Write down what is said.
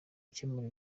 gukemura